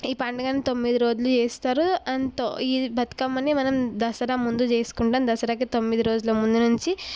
ఈ పండుగను తొమ్మిది రోజులు చేస్తారు అంతో ఈ బతుకమ్మని మనం దసరా ముందు చేసుకుంటాం దసరాకి తొమ్మిది రోజులు ముందు నుంచి